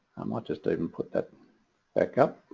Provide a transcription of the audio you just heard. might just even put that back up